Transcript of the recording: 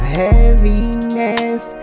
heaviness